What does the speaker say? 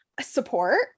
Support